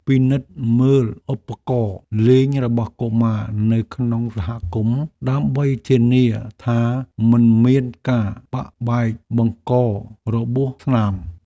ពិនិត្យមើលឧបករណ៍លេងរបស់កុមារនៅក្នុងសហគមន៍ដើម្បីធានាថាមិនមានការបាក់បែកបង្ករបួសស្នាម។